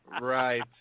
Right